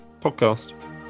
podcast